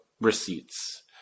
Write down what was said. receipts